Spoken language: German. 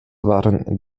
waren